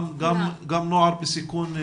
גם נוער בסיכון גבוה?